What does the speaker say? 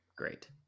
great